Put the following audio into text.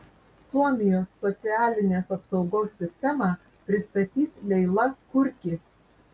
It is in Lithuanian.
suomijos socialinės apsaugos sistemą pristatys leila kurki